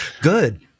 Good